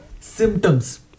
symptoms